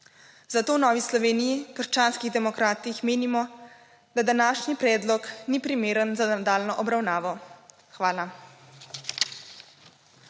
Zato v Novi Sloveniji – krščanskih demokratih menimo, da današnji predlog ni primeren za nadaljnjo obravnavo. Hvala.